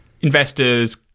Investors